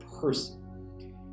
person